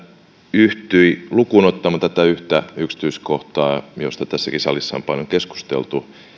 yhtyi lukuun ottamatta tätä yhtä yksityiskohtaa josta tässäkin salissa on paljon keskusteltu